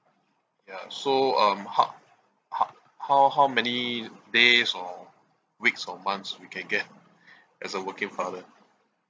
ya so um how how how how many days or weeks or months we can get as a working father